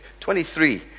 23